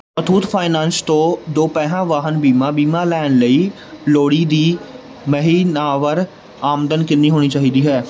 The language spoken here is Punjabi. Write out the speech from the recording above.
ਮੁਥੂਟ ਫਾਈਨੈਂਸ ਤੋਂ ਦੋਪਹੀਆ ਵਾਹਨ ਬੀਮਾ ਬੀਮਾ ਲੈਣ ਲਈ ਲੋੜੀਂਦੀ ਮਹੀਨਾਵਾਰ ਆਮਦਨ ਕਿੰਨੀ ਹੋਣੀ ਚਾਹੀਦੀ ਹੈ